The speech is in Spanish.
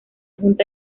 junta